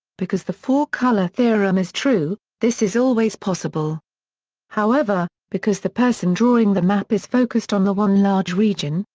because the four color theorem is true, true, this is always possible however, because the person drawing the map is focused on the one large region,